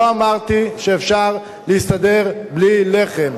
לא אמרתי שאפשר להסתדר בלי לחם.